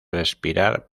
respirar